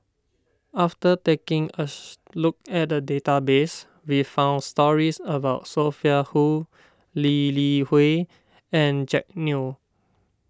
after taking a look at the database we found stories about Sophia Hull Lee Li Hui and Jack Neo